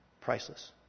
Priceless